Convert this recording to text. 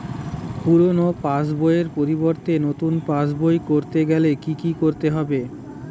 পুরানো পাশবইয়ের পরিবর্তে নতুন পাশবই ক রতে গেলে কি কি করতে হবে?